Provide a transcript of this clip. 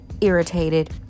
irritated